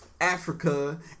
Africa